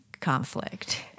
conflict